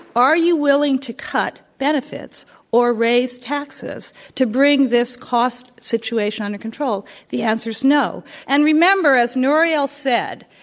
are you willing to cut benefits or raise taxes to bring this cost situation under control? the answer you know and remember, as nouriel said,